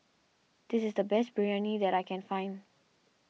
this is the best Biryani that I can find